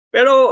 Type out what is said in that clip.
Pero